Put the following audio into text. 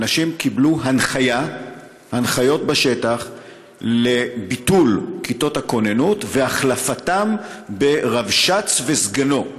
האנשים קיבלו הנחיות בשטח לביטול כיתות הכוננות והחלפתן ברבש"ץ וסגנו.